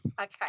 Okay